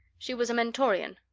she was a mentorian,